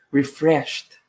refreshed